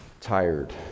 tired